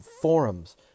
forums